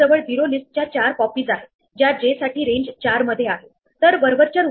जेव्हा मी 20 चे शेजारी अन्वेषण करेल तेव्हा मला असे दिसेल की यापैकी एक म्हणजेच मी जिथे सुरुवात केली होती तेच आहे